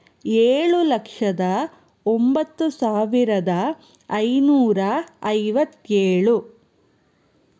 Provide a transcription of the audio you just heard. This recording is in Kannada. ಏಳು ಲಕ್ಷದ ಒಂಬತ್ತು ಸಾವಿರದ ಐನೂರ ಐವತ್ತೇಳು